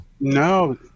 No